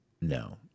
No